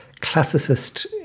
classicist